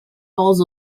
halls